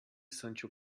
sancho